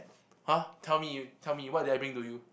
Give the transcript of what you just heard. !huh! tell me tell me what did I bring to you